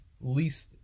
least